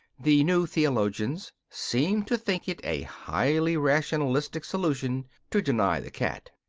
the new theologians seem to think it a highly rationalistic solution to deny the cat.